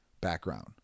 background